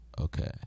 okay